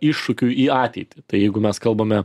iššūkių į ateitį tai jeigu mes kalbame